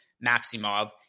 Maximov